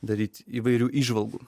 daryt įvairių įžvalgų